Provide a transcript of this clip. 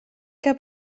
que